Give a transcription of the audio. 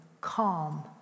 calm